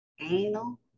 anal